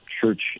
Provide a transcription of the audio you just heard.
church